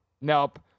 Nope